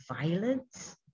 violence